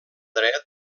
dret